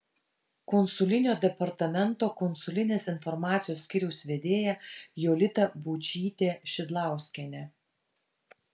konsulinio departamento konsulinės informacijos skyriaus vedėja jolita būčytė šidlauskienė